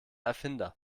erfinder